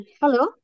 Hello